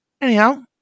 Anyhow